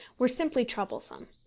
were simply troublesome.